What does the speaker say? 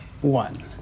one